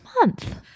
month